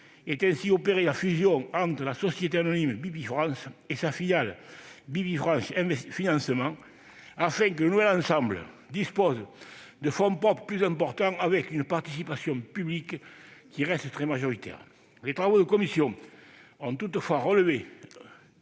Est ainsi opérée la fusion entre la société anonyme Bpifrance et sa filiale Bpifrance Financement, afin que le nouvel ensemble dispose de fonds propres plus importants, avec une participation publique qui reste très majoritaire. Les travaux de commission ont toutefois relevé